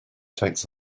takes